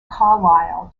carlisle